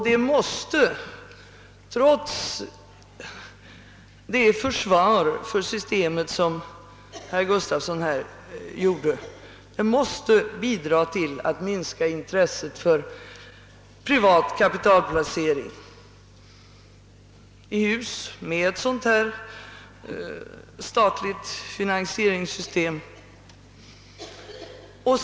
Detta måste — det säger jag trots det försvar för systemet som herr Gustafsson i Skellefteå presterade — bidra till att minska intresset för privat kapitalplacering i hus med ett sådant här statligt finansieringssystem.